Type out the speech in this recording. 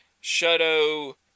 shadow